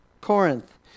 Corinth